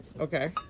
Okay